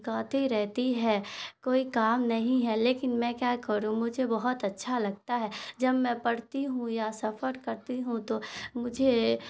گاتی رہتی ہے کوئی کام نہیں ہے لیکن میں کیا کروں مجھے بہت اچھا لگتا ہے جب میں پڑھتی ہوں یا سفر کرتی ہوں تو مجھے